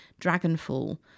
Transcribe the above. Dragonfall